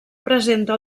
presenta